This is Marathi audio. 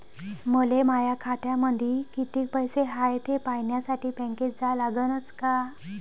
मले माया खात्यामंदी कितीक पैसा हाय थे पायन्यासाठी बँकेत जा लागनच का?